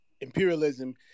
imperialism